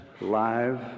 live